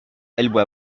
elle